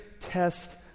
test